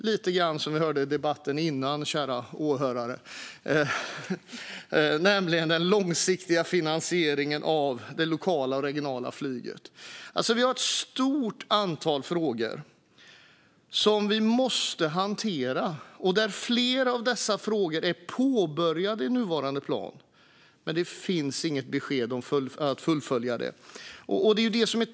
Lite grann som vi hörde i den tidigare debatten, kära åhörare, finns frågan om den långsiktiga finansieringen av det lokala och regionala flyget. Det finns alltså ett stort antal frågor som vi måste hantera. Flera av dessa frågor är påbörjade i nuvarande plan, men det finns inget besked om att fullfölja dem.